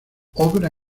obra